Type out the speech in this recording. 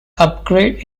upgrade